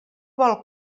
vol